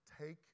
take